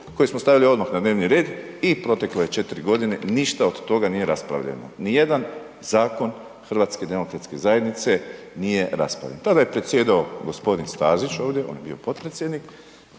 koju smo stavili odmah na dnevni red i proteklo je 4 g., ništa od toga nije raspravljeno, nijedan zakon HDZ-a nije raspravljen. Tada je predsjedao g. Stazić ovdje, on je bio potpredsjednik,